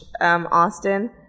Austin